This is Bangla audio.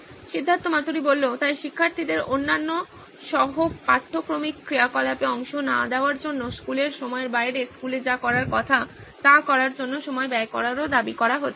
সিদ্ধার্থ মাতুরি তাই শিক্ষার্থীদের অন্যান্য সহ পাঠ্যক্রমিক ক্রিয়াকলাপে অংশ না নেওয়ার জন্য স্কুলের সময়ের বাইরে স্কুলে যা করার কথা তা করার জন্য সময় ব্যয় করারও দাবি করা হচ্ছে